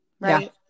Right